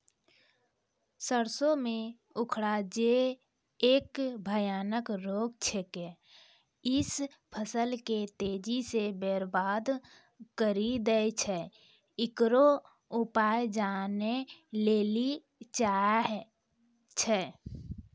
सरसों मे उखरा जे एक भयानक रोग छिकै, इ फसल के तेजी से बर्बाद करि दैय छैय, इकरो उपाय जाने लेली चाहेय छैय?